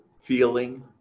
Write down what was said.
feeling